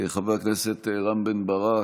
חבר הכנסת רם בן ברק,